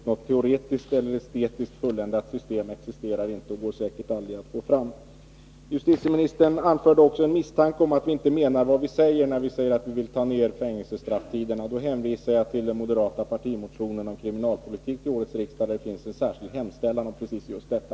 Något teoretiskt eller estetiskt fulländat system existerar inte och går säkert aldrig att få fram. Justitieministern anförde också en misstanke om att vi inte menar vad vi säger om att vi vill minska fängelsestrafftiderna. Då hänvisar jag till den moderata partimotionen om kriminalpolitiken till årets riksmöte. Där finns en särskild hemställan om just detta.